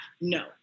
no